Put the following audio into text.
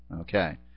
okay